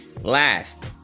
Last